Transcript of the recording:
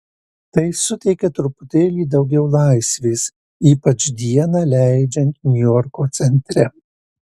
tai suteikia truputėlį daugiau laisvės ypač dieną leidžiant niujorko centre